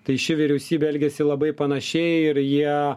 tai ši vyriausybė elgiasi labai panašiai ir jie